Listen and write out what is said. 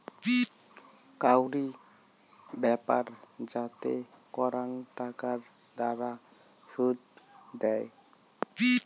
কাউরি ব্যাপার যাতে করাং টাকার দ্বারা শুধ দেয়